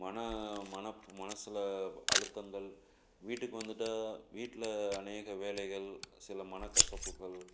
மன மனசு மனசில் அழுத்தங்கள் வீட்டுக்கு வந்துட்டால் வீட்டில் அநேக வேலைகள் சில மனக்கசப்புகள்